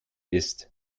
ist